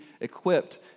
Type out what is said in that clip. equipped